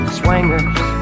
swingers